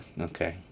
Okay